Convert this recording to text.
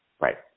Right